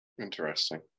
interesting